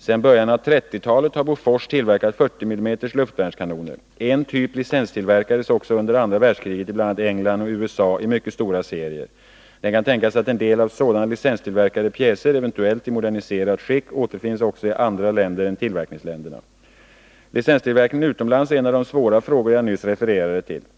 Sedan början av 1930-talet har Bofors tillverkat 40 mm luftvärnskanoner. En typ licenstillverkades också under andra världskriget i bl.a. England och USA i mycket stora serier. Det kan tänkas att en del sådana licenstillverkade pjäser, eventuellt i moderniserat skick, återfinns också i andra länder än tillverkningsländerna. Licenstillverkningen utomlands är en av de svåra frågor jag nyss refererade till.